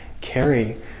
carry